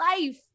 life